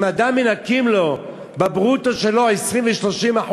אם אדם, מנכים לו בברוטו שלו 20% ו-30%,